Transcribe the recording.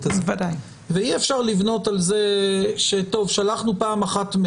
הזה ואי-אפשר לבנות על זה ששלחנו פעם אחת,